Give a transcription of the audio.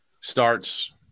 starts